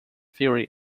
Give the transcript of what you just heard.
theory